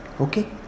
Okay